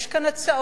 יש כאן הצעות.